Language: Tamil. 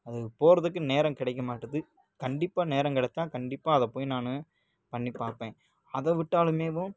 அது போகிறதுக்கு நேரம் கிடைக்க மாட்டுது கண்டிப்பாக நேரம் கிடச்சா கண்டிப்பாக அதை போய் நானு பண்ணிப் பார்ப்பேன் அதை விட்டாலுமேவும்